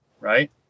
Right